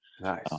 Nice